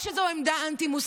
לא רק שזו עמדה אנטי-מוסרית,